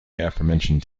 aforementioned